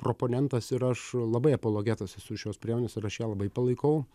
proponentas ir aš labai apologetas esu šios priemonės ir aš ją labai palaikau